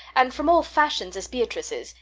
and from all fashions, as beatrice is,